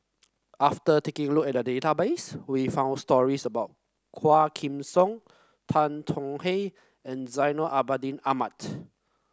after taking a look at the database we found stories about Quah Kim Song Tan Tong Hye and Zainal Abidin Ahmad